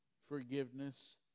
forgiveness